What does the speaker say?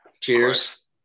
Cheers